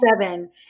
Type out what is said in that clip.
seven